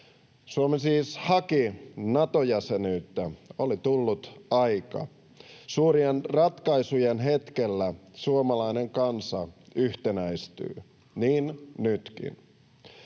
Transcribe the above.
Suomi siis haki Nato-jäsenyyttä, oli tullut aika. Suurien ratkaisujen hetkellä suomalainen kansa yhtenäistyy, niin nytkin.